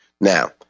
Now